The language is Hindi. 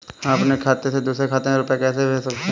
हम अपने खाते से दूसरे के खाते में रुपये कैसे भेज सकते हैं?